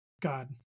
God